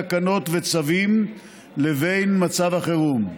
תקנות וצווים למצב החירום.